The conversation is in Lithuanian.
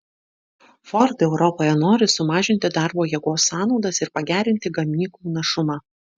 ford europoje nori sumažinti darbo jėgos sąnaudas ir pagerinti gamyklų našumą